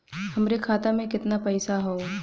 हमरे खाता में कितना पईसा हौ?